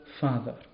father